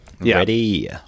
Ready